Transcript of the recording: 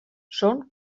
són